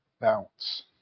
bounce